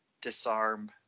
disarm